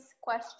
question